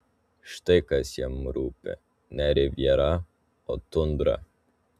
štai kas jam rūpi ne rivjera o tundra